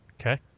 Okay